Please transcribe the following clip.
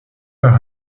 par